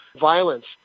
violence